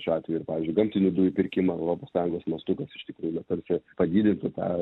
šiuo atveju ir pavyzdžiui gamtinių dujų pirkimą europos sąjungos mastu kas iš tikrųjų tarsi padidintų tą